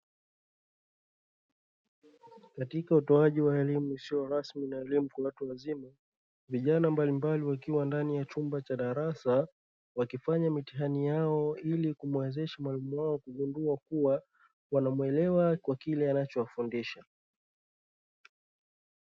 Katika utoaji wa elimu isiyo rasmi na elimu ya watu wazima vijana mbalimbali wakiwa ndani ya chumba cha darasa, wakifanya mitihani yao ili kumuwezesha mwalimu wao kugundua kuwa wanamuelewa kwa kile anachowafundisha.